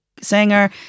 singer